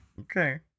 Okay